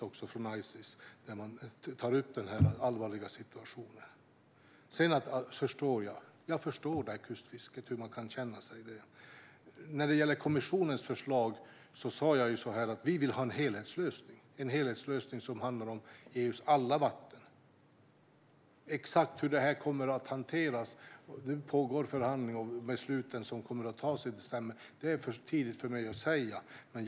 Ices är tydligt om den allvarliga situationen. Jag förstår hur de som ägnar sig åt kustfisket känner sig. När det gäller kommissionens förslag sa jag att vi vill ha en helhetslösning som handlar om EU:s alla vatten. Exakt hur det kommer att hanteras förhandlas, och besluten ska fattas i december. Det är för tidigt för mig att säga något.